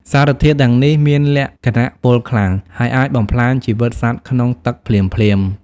សារធាតុទាំងនេះមានលក្ខណៈពុលខ្លាំង ហើយអាចបំផ្លាញជីវិតសត្វក្នុងទឹកភ្លាមៗ។